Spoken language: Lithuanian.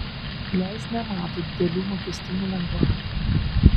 lez nemato didelių mokestinių lengvatų